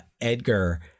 Edgar